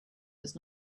does